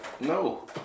No